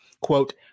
Quote